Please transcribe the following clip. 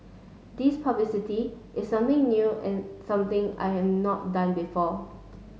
this publicity is something new in something I have not done before